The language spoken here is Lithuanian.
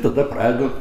tada pradedu